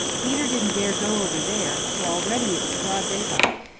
peter didn't dare go over there, for already it was broad daylight,